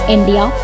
India